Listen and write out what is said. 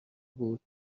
بود